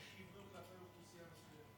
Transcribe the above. שכיוונה כלפי אוכלוסייה מסוימת.